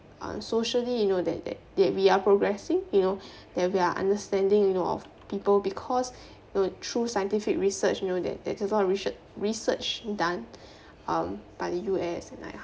uh socially you know that that that we are progressing you know that we are understanding you know of people because you know through scientific research you know th~ that reserc~ research done um by the U_S and like